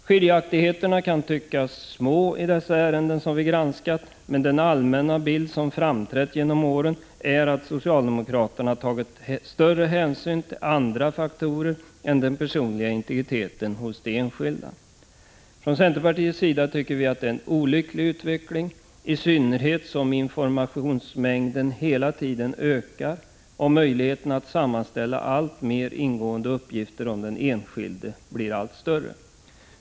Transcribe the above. Skiljaktigheterna kan tyckas små i de ärenden som vi här granskat, men den allmänna bild som framträtt genom åren är att socialdemokraterna tagit större hänsyn till andra faktorer än den personliga integriteten hos de enskilda. Vi i centerpartiet tycker att det är en olycklig utveckling, i synnerhet som informationsmängderna hela tiden ökar och möjligheten att sammanställa alltmer ingående uppgifter om den enskilde blir allt större.